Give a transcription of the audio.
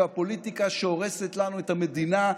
והפוליטיקה שהורסת לנו את המדינה,